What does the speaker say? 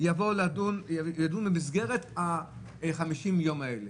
ידון במסגרת 50 היום האלה.